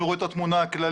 אני רואה את התמונה הכללית.